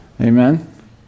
Amen